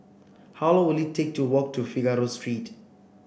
how long will it take to walk to Figaro Street